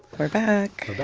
we're back